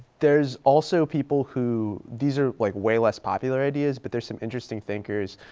there's also people who, these are like way less popular ideas, but there's some interesting thinkers